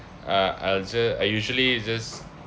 uh I'll just I usually just